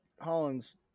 Hollins